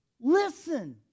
listen